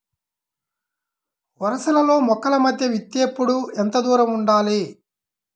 వరసలలో మొక్కల మధ్య విత్తేప్పుడు ఎంతదూరం ఉండాలి?